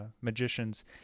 magicians